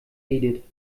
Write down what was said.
edith